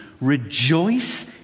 rejoice